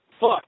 fuck